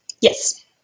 Yes